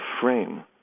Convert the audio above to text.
frame